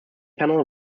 panel